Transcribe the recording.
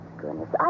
goodness